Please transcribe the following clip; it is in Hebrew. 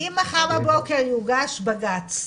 אם מחר בבוקר יוגש בג"צ,